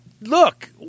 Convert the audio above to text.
look –